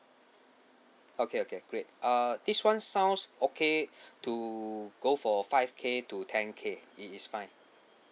okay okay great uh this [one] sounds okay to go for five K to ten K it is fine